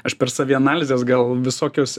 aš per savianalizės gal visokius